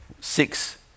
six